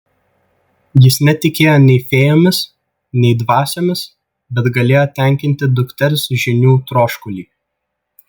jis netikėjo nei fėjomis nei dvasiomis bet galėjo tenkinti dukters žinių troškulį